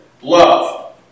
Love